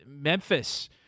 Memphis